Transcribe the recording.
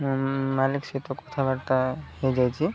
ମୁଁ ମାଲିକ ସହିତ କଥାବାର୍ତ୍ତା ହେଇଯାଇଛି